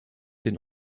den